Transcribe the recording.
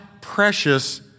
precious